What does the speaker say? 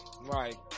Right